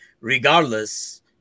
regardless